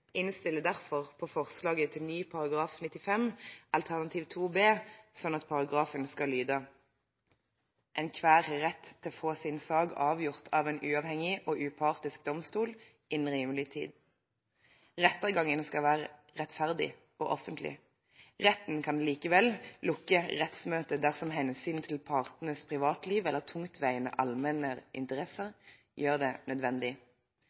innstiller derfor på forslaget til ny § 95 alternativ 2 B, slik at paragrafen skal lyde: «Enhver har rett til å få sin sak avgjort av en uavhengig og upartisk domstol innen rimelig tid. Rettergangen skal være rettferdig og offentlig. Retten kan likevel lukke rettsmøtet dersom hensynet til partenes privatliv eller tungtveiende allmenne interesser gjør det nødvendig.